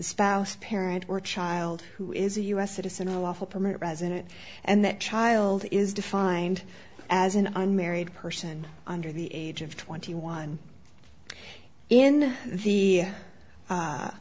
spouse parent or child who is a u s citizen or a lawful permanent resident and that child is defined as an unmarried person under the age of twenty one in the